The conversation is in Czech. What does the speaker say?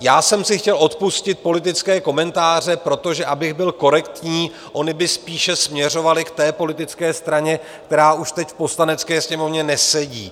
Já jsem si chtěl odpustit politické komentáře, protože abych byl korektní, ony by spíše směřovaly k té politické straně, která už teď v Poslanecké sněmovně nesedí.